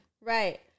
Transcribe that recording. Right